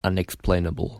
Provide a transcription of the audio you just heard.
unexplainable